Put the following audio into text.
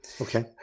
Okay